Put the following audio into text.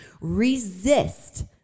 Resist